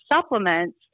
supplements